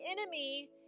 enemy